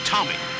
Tommy